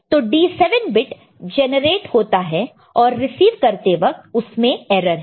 तो D7 bit generate होता है और रिसीव करते वक्त उसमें एरर है